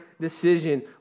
decision